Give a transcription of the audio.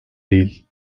değil